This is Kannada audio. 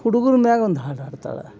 ಹುಡುಗರ ಮ್ಯಾಲ್ ಒಂದು ಹಾಡು ಹಾಡ್ತಾಳೆ